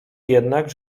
jednak